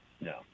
No